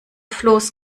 floß